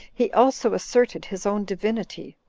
he also asserted his own divinity,